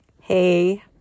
Hey